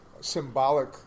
symbolic